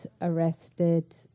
arrested